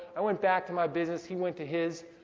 i went back to my business, he went to his.